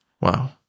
wow